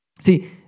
See